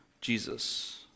Jesus